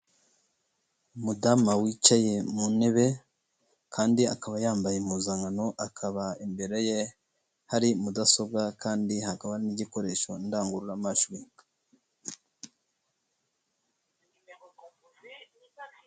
Umudamu wicaye mu ntebe kandi akaba yambaye impuzankano, akaba imbere ye hari mudasobwa kandi hakaba n'igikoresho ndangururamajwi.